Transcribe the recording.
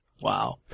Wow